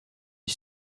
les